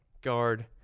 Guard